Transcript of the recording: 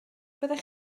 fyddech